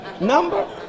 number